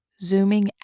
Zooming